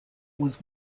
was